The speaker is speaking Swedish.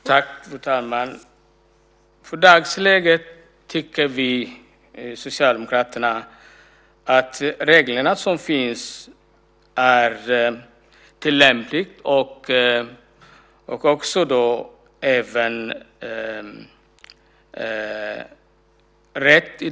Fru talman! I dagsläget tycker vi socialdemokrater att de regler som finns är tillämpliga och rätt.